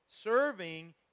Serving